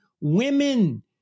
women